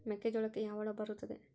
ಮೆಕ್ಕೆಜೋಳಕ್ಕೆ ಯಾವ ಹುಳ ಬರುತ್ತದೆ?